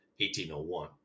1801